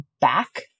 back